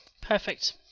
Perfect